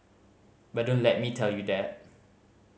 but don't let me tell you that